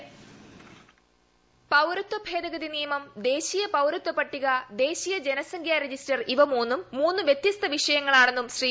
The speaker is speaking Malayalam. വോയ്സ് പൌരത്വ ഭേദഗതി നിയമം ദേശീയ പൌരത്വ പട്ടിക ദേശീയ ജനസംഖ്യാ രജിസ്റ്റർ ഇവ മൂന്നും മൂന്ന് വ്യത്യസ്ത വിഷയങ്ങളാണെന്നും ശ്രീ